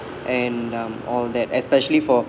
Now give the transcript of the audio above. and um all that especially for